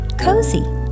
cozy